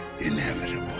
inevitable